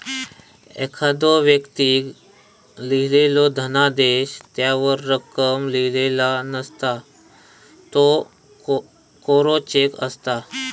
एखाद्दो व्यक्तीक लिहिलेलो धनादेश त्यावर रक्कम लिहिलेला नसता, त्यो कोरो चेक असता